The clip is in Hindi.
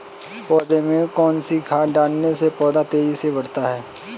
पौधे में कौन सी खाद डालने से पौधा तेजी से बढ़ता है?